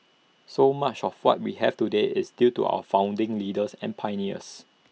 so much of what we have today is due to our founding leaders and pioneers